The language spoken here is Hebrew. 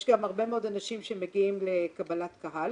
יש גם הרבה מאוד אנשים שמגיעים לקבלת קהל